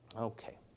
Okay